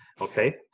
okay